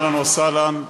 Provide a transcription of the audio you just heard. אהלן וסהלן,